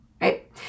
right